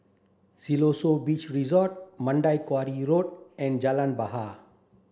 Siloso Beach Resort Mandai Quarry Road and Jalan Bahar